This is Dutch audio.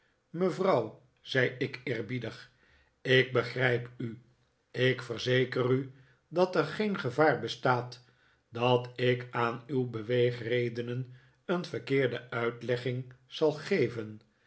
mevrouw zei ik eerbiedig ik begrijp u ik verzeker u dat er geen gevaar bestaat dat ik aan uw beweegredenen een verkeerde uitlegging zal geven